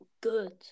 good